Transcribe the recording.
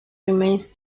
remains